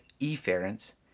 efferents